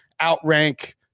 outrank